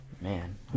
man